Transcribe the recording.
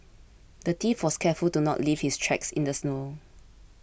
the thief was careful to not leave his tracks in the snow